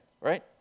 right